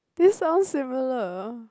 this sounds similar